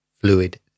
fluid